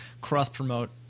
cross-promote